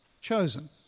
chosen